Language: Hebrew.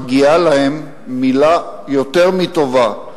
מגיעה להם מלה יותר מטובה,